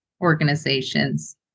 organizations